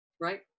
Right